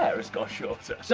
hair has got shorter! so,